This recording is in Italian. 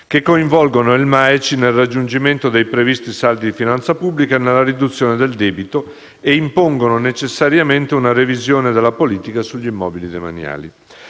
che coinvolgono il MAECI nel raggiungimento dei previsti saldi di finanza pubblica e nella riduzione del debito e impongono necessariamente una revisione della politica sugli immobili demaniali.